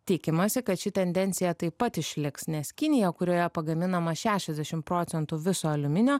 tikimasi kad ši tendencija taip pat išliks nes kinija kurioje pagaminama šešiasdešim procentų viso aliuminio